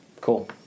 Cool